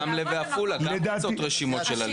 ברמלה ועפולה גם רצות רשימות של הליכוד.